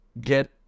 get